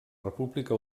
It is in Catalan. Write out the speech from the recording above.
república